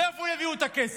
מאיפה יביאו את הכסף?